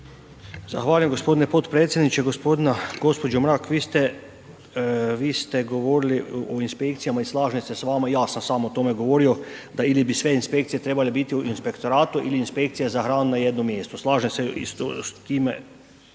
Zahvaljujem gospodine potpredsjedniče. Gospođo Mrak vi ste govorili, vi ste govorili o inspekcijama i slažem se s vama i ja sam sam o tome govorio da ili bi sve inspekcije trebale biti u inspektoratu ili inspekcije za hranu na jednom mjestu. Slažem se i s time